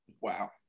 Wow